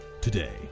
today